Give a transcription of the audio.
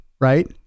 right